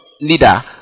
leader